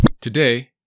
Today